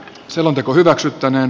selonteko hyväksyttäneen